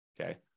okay